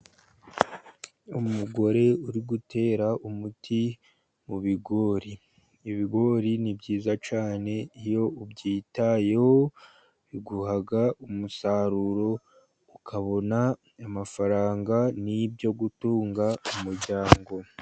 Umugore uri gutera umuti mu bigori, ibigori ni byiza cyane iyo ubyitayeho biguha umusaruro, ukabona amafaranga n'ibyo gutunga umuryango.